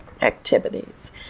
activities